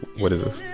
what is this?